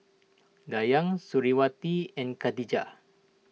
Dayang Suriawati and Khadija